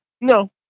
No